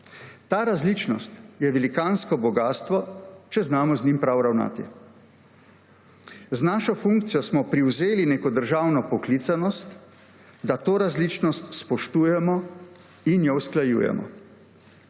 Ta različnost je velikansko bogastvo, če znamo z njo prav ravnati. Z našo funkcijo smo prevzeli neko državno poklicanost, da to različnost spoštujemo in jo usklajujem.